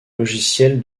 logicielle